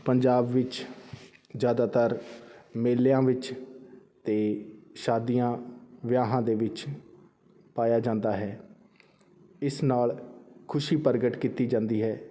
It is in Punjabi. ਪੰਜਾਬ ਵਿੱਚ ਜ਼ਿਆਦਾਤਰ ਮੇਲਿਆਂ ਵਿੱਚ ਅਤੇ ਸ਼ਾਦੀਆਂ ਵਿਆਹਾਂ ਦੇ ਵਿੱਚ ਪਾਇਆ ਜਾਂਦਾ ਹੈ ਇਸ ਨਾਲ ਖੁਸ਼ੀ ਪ੍ਰਗਟ ਕੀਤੀ ਜਾਂਦੀ ਹੈ